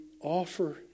offer